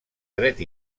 dret